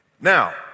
Now